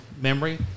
memory